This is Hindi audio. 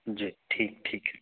जी ठीक ठीक है